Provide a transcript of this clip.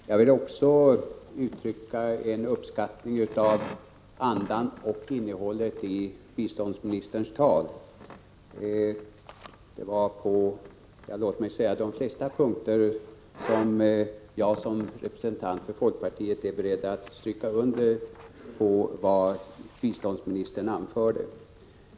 Fru talman! Jag vill också uttrycka en uppskattning av andan och innehållet i biståndsministerns tal. På de flesta punkter är jag som representant för folkpartiet beredd att skriva under på vad biståndsministern anförde.